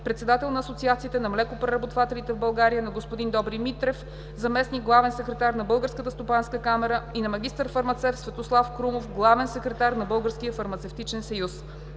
председател на Асоциацията на млекопреработвателите в България; на господин Добри Митрев, заместник главен секретар на Българската стопанска камара и на магистър фармацевт Светослав Крумов, главен секретар на Българския фармацевтичен съюз.